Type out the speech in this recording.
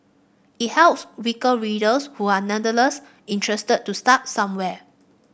it helps weaker readers who are nevertheless interested to start somewhere